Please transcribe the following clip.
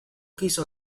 quiso